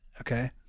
Okay